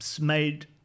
made